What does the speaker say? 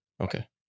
Okay